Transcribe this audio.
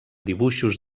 dibuixos